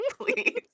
please